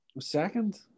Second